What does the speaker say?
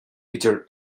idir